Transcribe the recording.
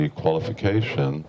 qualification